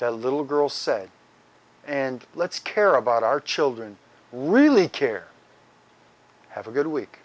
the little girl say and let's care about our children really care have a good week